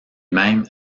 même